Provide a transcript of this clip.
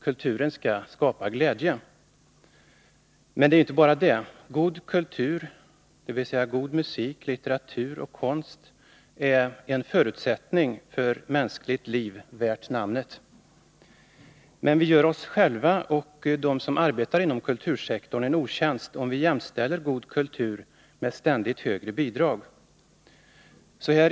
Kultur skall skapa glädje. Men inte bara det. God kultur — dvs. god musik, litteratur och konst — är en förutsättning för mänskligt liv, värt namnet. Men vi gör oss själva och dem som arbetar inom kultursektorn en otjänst, om vi jämställer god kultur med ständigt högre bidrag.